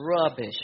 rubbish